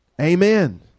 Amen